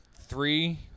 three